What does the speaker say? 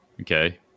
Okay